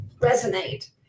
resonate